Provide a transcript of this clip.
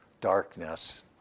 darkness